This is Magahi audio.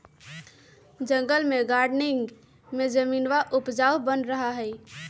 जंगल में गार्डनिंग में जमीनवा उपजाऊ बन रहा हई